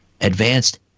advanced